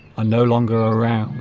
no longer around